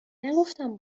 نگفتم